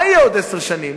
מה יהיה עוד עשר שנים?